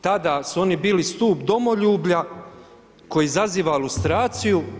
Tada su oni bili stup domoljublja koji zaziva lustraciju.